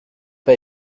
pas